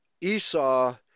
Esau